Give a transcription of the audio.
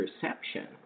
perception